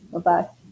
Bye-bye